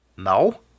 No